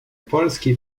polski